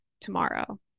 tomorrow